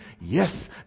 Yes